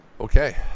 Okay